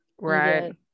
right